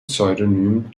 pseudonym